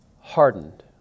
hardened